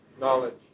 knowledge